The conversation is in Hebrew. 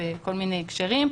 בכל מיני הקשרים.